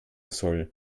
soll